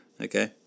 Okay